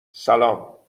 سلام